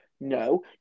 No